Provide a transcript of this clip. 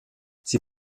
sie